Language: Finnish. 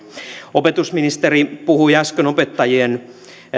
opetusministeri puhui äsken opettajien